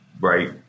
right